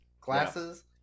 Glasses